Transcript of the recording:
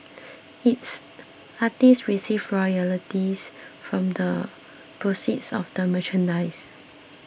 its artists receive royalties from the proceeds of the merchandise